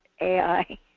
AI